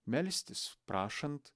melstis prašant